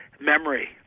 memory